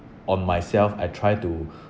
on myself I try to